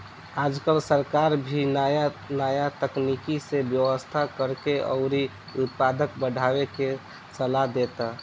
आजकल सरकार भी नाया नाया तकनीक से व्यवसाय करेके अउरी उत्पादन बढ़ावे के सालाह देता